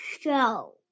show